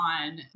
on